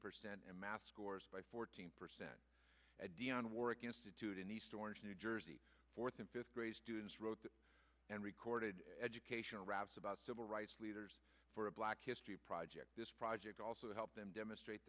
percent in math scores by fourteen percent a dionne warwick institute in east orange new jersey fourth and fifth grade students wrote and recorded educational raps about civil rights leaders for a black history project this project also helped them demonstrate